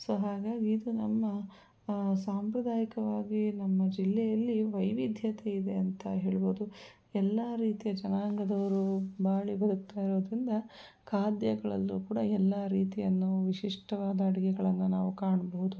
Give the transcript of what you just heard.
so ಹಾಗಾಗಿ ಇದು ನಮ್ಮ ಸಾಂಪ್ರದಾಯಿಕವಾಗಿ ನಮ್ಮ ಜಿಲ್ಲೆಯಲ್ಲಿ ವೈವಿಧ್ಯತೆಯಿದೆ ಅಂತ ಹೇಳ್ಬೋದು ಎಲ್ಲ ರೀತಿಯ ಜನಾಂಗದವರು ಬಾಳಿ ಬದುಕ್ತಾಯಿರೋದ್ರಿಂದ ಖಾದ್ಯಗಳಲ್ಲೂ ಕೂಡ ಎಲ್ಲ ರೀತಿಯನ್ನು ವಿಶಿಷ್ಟವಾದ ಅಡುಗೆಗಳನ್ನು ನಾವು ಕಾಣ್ಬೋದು